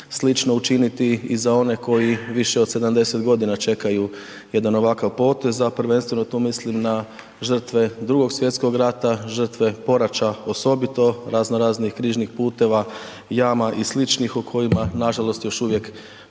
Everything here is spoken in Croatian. učiniti i za one koji više od 70 g. čekaju jedan ovakav potez, a prvenstveno tu mislim na žrtve 2.sv. rata, žrtve Poraća osobito, razno raznih križnih puteva, jama i sličnih o kojima nažalost još uvijek